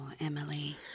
Emily